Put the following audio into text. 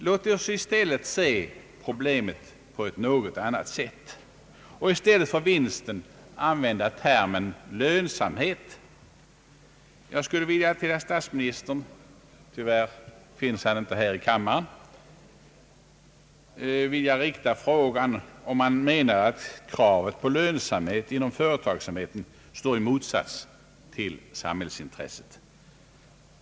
Låt oss i stället se problemet på ett annat sätt och inte använda ordet vinst utan termen lönsamhet. Tyvärr finns statsministern inte här i kammaren, men jag skulle vilja fråga honom om han menar att kravet på lönsamhet inom företagsamheten står i motsats till samhällsintresset.